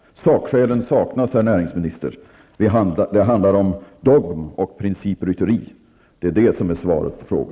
Sakskälen saknas, herr näringsminister. Det handlar om dogm och principrytteri. Det är svaret på frågan.